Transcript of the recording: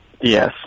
Yes